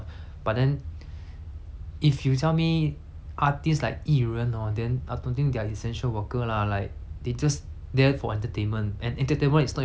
artists like 艺人 hor then I don't think they are essential worker lah like they just there for entertainment and entertainment is not even a need in that situation so I guess